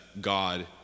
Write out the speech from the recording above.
God